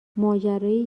ماجرای